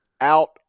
out